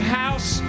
house